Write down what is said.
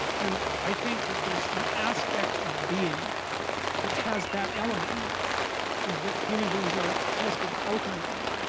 and i think that there's an aspect of being that has that element is that human beings are tempted ultimately